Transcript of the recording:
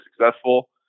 successful